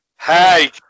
Hey